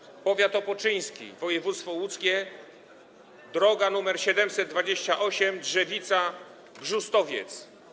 Tym razem powiat opoczyński, województwo łódzkie, droga nr 728 Drzewica - Brzustowiec.